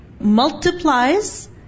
Multiplies